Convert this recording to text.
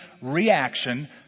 reaction